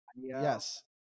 Yes